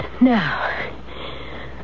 Now